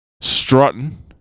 strutting